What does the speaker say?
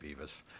beavis